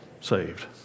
Saved